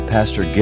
Pastor